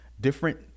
different